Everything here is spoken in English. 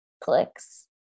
clicks